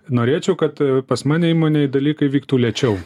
norėčiau kad pas mane įmonėj dalykai vyktų lėčiau